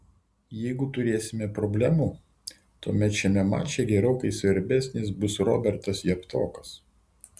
jeigu turėsime problemų tuomet šiame mače gerokai svarbesnis bus robertas javtokas